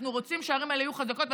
אנחנו רוצים שהערים האלה יהיו חזקות,